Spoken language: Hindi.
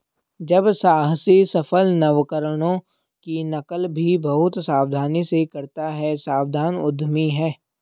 जब साहसी सफल नवकरणों की नकल भी बहुत सावधानी से करता है सावधान उद्यमी है